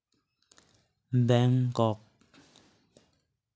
Bangkok